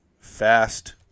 fast